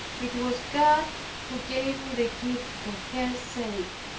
it was god who gave me the gift for her sake,